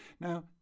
Now